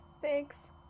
Thanks